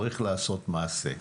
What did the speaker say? צריך לעשות מעשה.